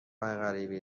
غریبی